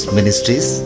Ministries